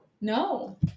No